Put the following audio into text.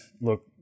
look